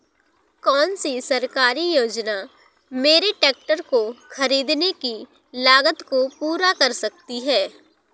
कौन सी सरकारी योजना मेरे ट्रैक्टर को ख़रीदने की लागत को पूरा कर सकती है?